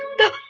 the